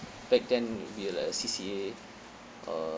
back then would be like a C_C_A uh